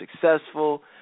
successful